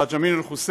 חאג' אמין אל-חוסייני,